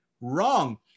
Wrong